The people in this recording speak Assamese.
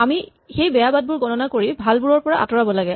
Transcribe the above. আমি সেই বেয়া বাটবোৰ গণনা কৰি ভালবোৰৰ পৰা আঁতৰাব লাগে